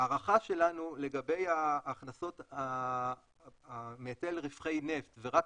ההערכה שלנו לגבי ההכנסות מהיטל רווחי נפט, ורק